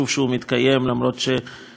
הוא יהיה רלוונטי גם,